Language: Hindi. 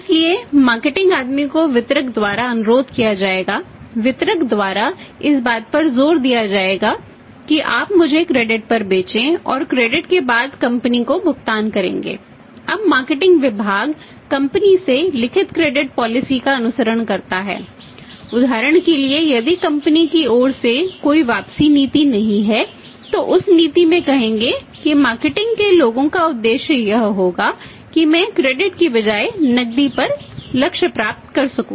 इसलिए मार्केटिंग के बजाय नकदी पर लक्ष्य प्राप्त कर सकूं